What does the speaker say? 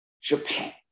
Japan